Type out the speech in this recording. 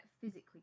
physically